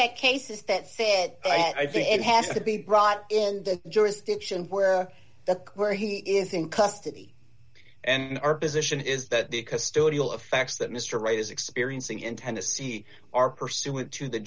had cases that fayette i think it has to be brought in the jurisdiction where that where he is think custody and our position is that the custodial effects that mr wright is experiencing in tennessee are pursuant to the